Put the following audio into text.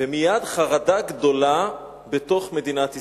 ומייד חרדה גדולה בתוך מדינת ישראל,